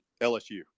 LSU